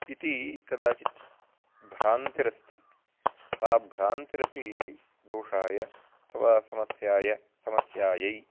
इति कदाचित् भ्रान्तिरस्ति सा भ्रान्तिरपि दोषाय अथवा समस्याय समस्यायै